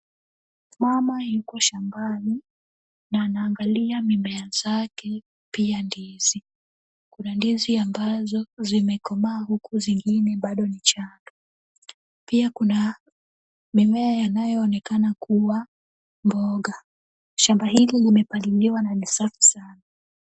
Mama yuko shambani, anaangalia mimea zake, pia ndizi. Kuna ndizi ambazo zimekomaa huku zingine bado ni changa, hpi kuna mimea inayoonekana kuwa, mboga. Shamba hili limepaliliwa na ni safi sana.